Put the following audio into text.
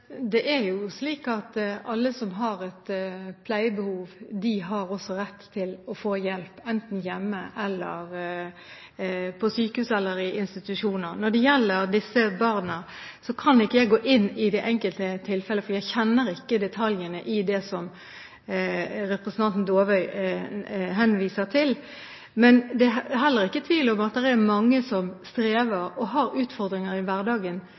Helsevesenet kan jo ikke overta disse. Alle som har et pleiebehov, har også rett til å få hjelp, enten hjemme, på sykehus eller i institusjoner. Når det gjelder disse barna, kan ikke jeg gå inn i enkelttilfellene, for jeg kjenner ikke detaljene i det som representanten Dåvøy henviser til. Men det er heller ikke tvil om at det er mange som strever og har utfordringer i hverdagen,